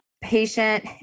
Patient